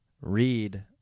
read